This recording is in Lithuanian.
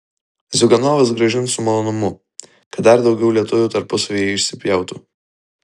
ziuganovas grąžins su malonumu kad dar daugiau lietuvių tarpusavyje išsipjautų